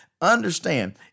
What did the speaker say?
understand